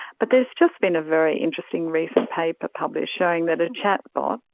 but there has just been a very interesting recent paper published showing that a chat bot,